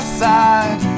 side